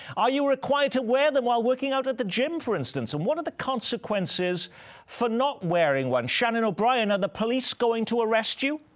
are you required to wear them while working out at the gym, for instance? and what are the consequences for not wearing one? shannon o'brien, are the police going to arrest you?